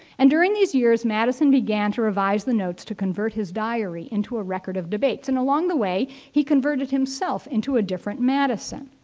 and during these years, madison began to revise the notes to convert his diary into a record of debates. and along the way, he converted himself into a different madison.